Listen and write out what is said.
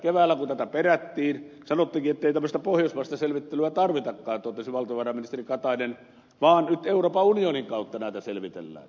keväällä kun tätä perättiin sanottiinkin ettei tämmöistä pohjoismaista selvittelyä tarvitakaan totesi valtiovarainministeri katainen vaan nyt euroopan unionin kautta näitä selvitellään